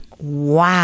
Wow